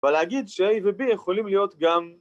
אבל להגיד ש-A ו-B יכולים להיות גם...